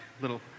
little